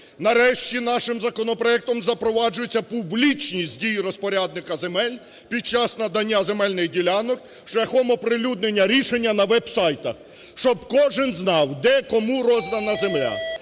Нарешті нашим законопроектом запроваджується публічність дій розпорядника земель під час надання земельних ділянок, шляхом оприлюднення рішення на веб-сайтах. Щоб кожен знав, де, кому роздана земля.